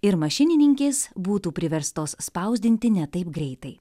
ir mašininkės būtų priverstos spausdinti ne taip greitai